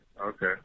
Okay